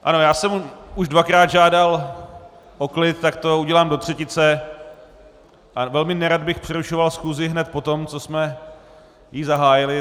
Ano, já jsem už dvakrát žádal o klid, tak to udělám to třetice a velmi nerad bych přerušoval schůzi hned potom, co jsme ji zahájili.